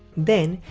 then,